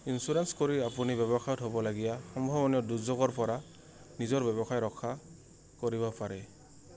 insurance কৰি আপুনি ব্যৱসায়ত হ'বলগীয়া সম্ভাৱনীয় দুৰ্যোগৰ পৰা নিজৰ ব্যৱসায় ৰক্ষা কৰিব পাৰে